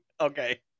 Okay